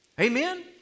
Amen